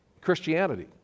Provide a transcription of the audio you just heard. Christianity